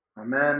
Amen